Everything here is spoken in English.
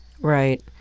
Right